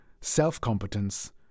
self-competence